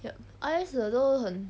yup I_S 的都很